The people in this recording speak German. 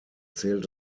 zählt